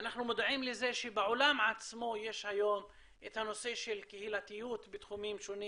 אנחנו מודעים לזה שבעולם יש היום את הנושא של קהילתיות בתחומים שונים.